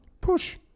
push